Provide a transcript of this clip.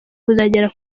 kuzagera